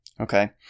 Okay